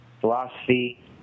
philosophy